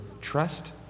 trust